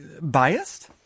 biased